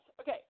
Okay